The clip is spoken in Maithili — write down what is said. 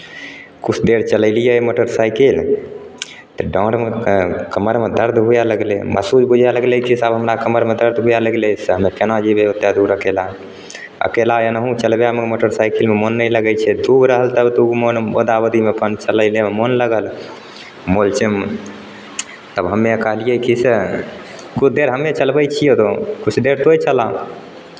किछु देर चलेलियै मोटरसाइकिल तऽ डाँरमे क् कमरमे दर्द हुअय लगलै महसूस बुझाय लगलै की आब हमरा कमरमे दर्द हुअय लगलै से हम्मे केना जयबै ओतेक दूर अकेला अकेला एनहू चलबयमे मोटरसाइकिलमे मोन नहि लगै छै दू गो रहल तब तऽ मोन ओदा ओदीमे अपन चलयनेमे मोन लगल मोन चै तब हम्मे कहलियै की से किछु देर हम्मे चलबै छियौ तऽ किछु देर तोँही चला